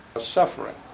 suffering